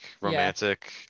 romantic